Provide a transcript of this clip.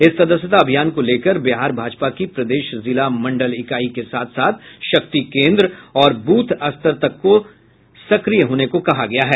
इस सदस्यता अभियान को लेकर बिहार भाजपा की प्रदेश जिला मंडल इकाई के साथ शक्ति केन्द्र और बूथ स्तर को सक्रिय होने को कहा गया है